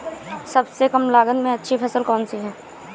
सबसे कम लागत में अच्छी फसल कौन सी है?